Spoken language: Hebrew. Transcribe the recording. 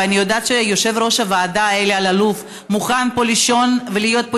ואני יודעת שיושב-ראש הוועדה אלי אלאלוף מוכן לישון פה ולהיות פה